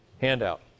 handout